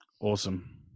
Awesome